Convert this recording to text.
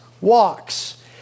walks